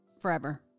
forever